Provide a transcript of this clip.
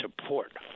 support